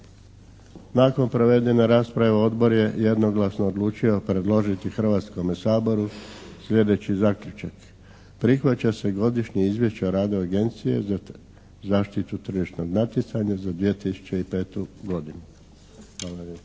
Nakon provedene rasprave Odbor je jednoglasno odlučio predložiti Hrvatskome saboru sljedeći zaključak: Prihvaća se Godišnje izvješće o radu Agencije za zaštitu tržišnog natjecanja za 2005. godinu.